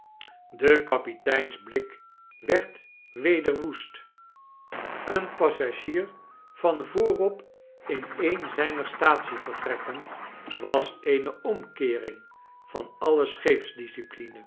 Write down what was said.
des kapiteins blik werd weder woest een passagier van voorop in een zyner staatsievertrekken was eene omkeering van alle